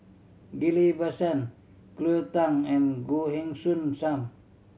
Ghillie Basan Cleo Thang and Goh Heng Soon Sam